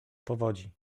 powodzi